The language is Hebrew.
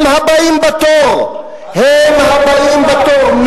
הם הבאים בתור, הם הבאים בתור.